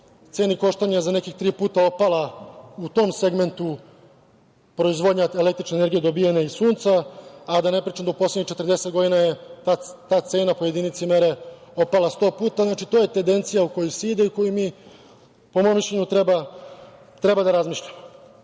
ceni koštanja za nekih tri puta opala u tom segmentu proizvodnja električne energije dobijena iz Sunca, a da ne pričam da u poslednjih 40 godina je ta cena po jedinici mere opala 100 puta. Znači, to je tendencija ka kojoj se ide i o kojoj mi, po mom mišljenju, treba da razmišljamo. Takođe,